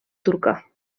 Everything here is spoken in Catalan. turca